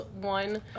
one